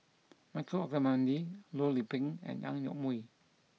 Michael Olcomendy Loh Lik Peng and Ang Yoke Mooi